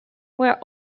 were